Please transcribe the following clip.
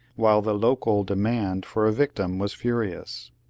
while the local demand for a victim was furious.